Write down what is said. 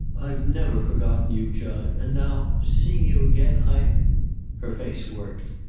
i've never forgotten you, jud. and now, seeing you again i her face worked.